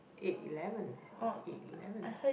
eight eleven is is eight eleven